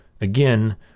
again